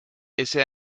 ese